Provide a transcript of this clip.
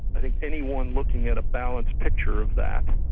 i think anyone looking at a balanced picture of that,